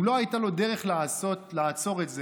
אם לא הייתה לו דרך לעצור את זה,